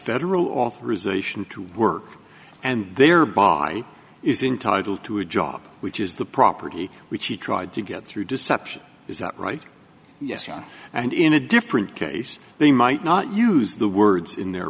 federal authorization to work and thereby is entitle to a job which is the property which he tried to get through deception is that right yes yes and in a different case they might not use the words in their